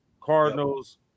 Cardinals